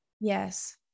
Yes